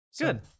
Good